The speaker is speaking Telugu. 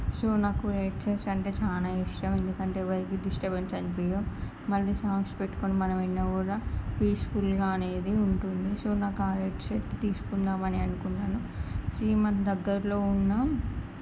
సో నాకు హెడ్సెట్స్ అంటే చాలా ఇష్టం ఎందుకంటే ఎవరికి డిస్టబెన్స్ అనిపివ్వదు మళ్ళీ సాంగ్స్ పెట్టుకుని మనం విన్నా కూడా పీస్ఫుల్గా అనేది ఉంటుంది సో నాకు ఆ హెడ్సెట్స్ తీసుకుందామనే అనుకున్నాను సి మన దగ్గరలో ఉన్న